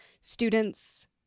students